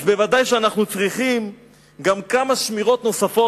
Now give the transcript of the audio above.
אז בוודאי שאנחנו צריכים גם כמה שמירות נוספות,